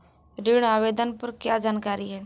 ऋण आवेदन पर क्या जानकारी है?